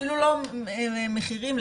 כלומר,